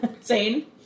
sane